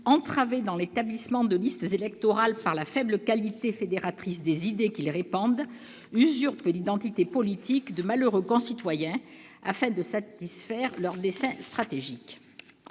entravés dans l'établissement de listes de candidats par la faible qualité fédératrice des idées qu'ils répandent, usurpent l'identité politique de malheureux concitoyens afin de satisfaire leurs desseins stratégiques.